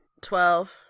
Twelve